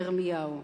ירמיהו.